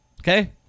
Okay